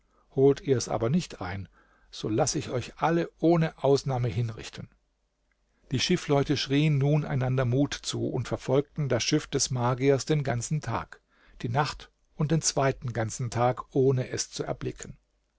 holt ihr's aber nicht ein so lass ich euch alle ohne ausnahme hinrichten die schiffleute schrien nun einander mut zu und verfolgten das schiff des magiers den ganzen tag die nacht und den zweiten ganzen tag ohne es zu erblicken